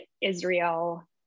Israel